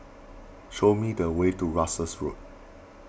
show me the way to Russels Road